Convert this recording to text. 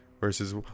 versus